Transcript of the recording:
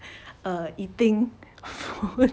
um eating food